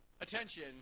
attention